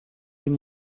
این